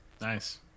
Nice